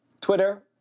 Twitter